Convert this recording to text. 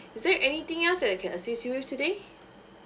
is there anything else that I can assist you with today